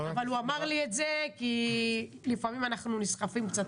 אבל הוא אמר לי את זה כי לפעמים אנחנו נסחפים קצת,